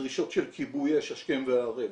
דרישות של כיבוי אש השכם וערב,